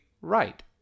right